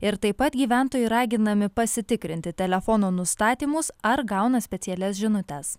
ir taip pat gyventojai raginami pasitikrinti telefono nustatymus ar gauna specialias žinutes